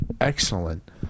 excellent